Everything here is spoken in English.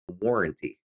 warranty